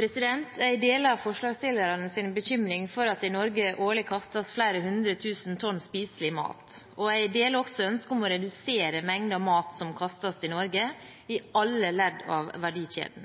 Jeg deler forslagsstillernes bekymring over at det i Norge årlig kastes flere hundre tusen tonn spiselig mat, og jeg deler også ønsket om å redusere mengden mat som kastes i Norge, i alle ledd av verdikjeden.